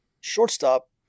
shortstop